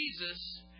Jesus